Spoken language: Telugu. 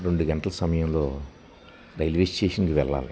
రెండు గంటల సమయంలో రైల్వే స్టేషన్కి వెళ్ళాలి